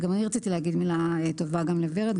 גם אני רציתי לומר מילה טובה ל-ורד,